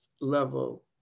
level